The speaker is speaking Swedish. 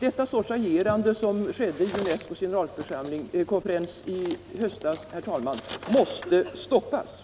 Den sortens agerande som förekom vid UNESCO:s konferens i höstas, herr talman, måste stoppas!